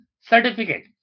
certificate